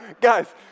guys